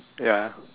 ya